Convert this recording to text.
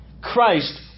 Christ